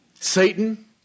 Satan